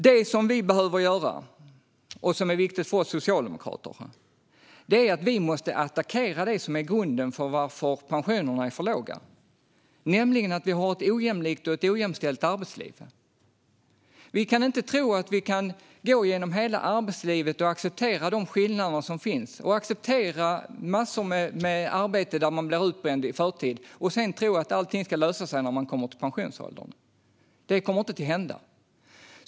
Det som vi behöver göra och som är viktigt för oss socialdemokrater är att attackera det som är grunden till att pensionerna är för låga, nämligen att vi har ett ojämlikt och ojämställt arbetsliv. Vi kan inte tro att vi kan gå genom hela arbetslivet och acceptera de skillnader som finns och acceptera massor med arbeten där man blir utbränd i förtid och sedan tro att allting ska lösa sig när man når pensionsåldern. Det kommer inte att hända.